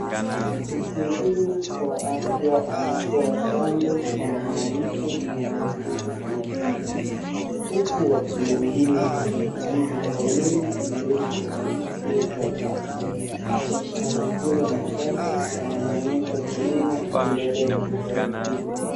Mhudumu wa afya anatoa chanjo kwa mwanamke anayeketi kwenye kiti huku watu wengine wakisubiri foleni pembeni kwenye kituo cha afya, mazingira ni safi na yanaonyesha huduma inaendelea kwa utaratibu.